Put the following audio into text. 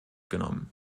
genommen